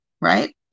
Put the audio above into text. Right